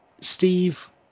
steve